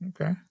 Okay